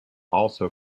also